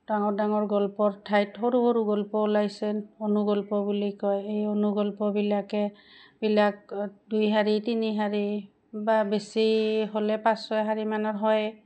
ডাঙৰ ডাঙৰ গল্পৰ ঠাইত সৰু সৰু গল্প ওলাইছে অনুগল্প বুলি কয় এই অনুগল্পবিলাকে বিলাক দুই শাৰী তিনি শাৰী বা বেছি হ'লে পাঁচ ছয় শাৰী মানৰ হয়